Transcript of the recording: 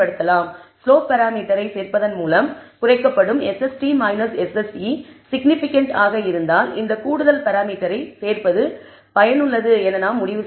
slope பராமீட்டரை சேர்ப்பதன் மூலம் குறைக்கப்படும் SST SSE சிக்னிபிகன்ட் ஆக இருந்தால் இந்த கூடுதல் பராமீட்டரை சேர்ப்பது பயனுள்ளது என நாம் முடிவு செய்கிறோம்